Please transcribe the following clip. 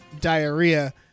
diarrhea